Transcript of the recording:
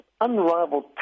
unrivaled